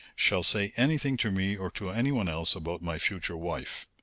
shall say anything to me or to any one else about my future wife.